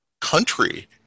country